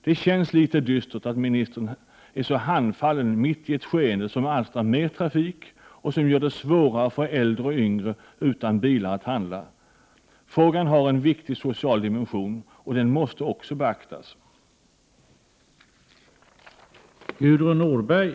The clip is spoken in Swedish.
Det känns något dystert att statsrådet är så handfallen mitt i ett skeende som alstrar mer trafik och som gör det svårare för äldre och yngre utan bilar att handla. Frågan har dessutom en viktig social dimension som också måste beaktas.